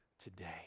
today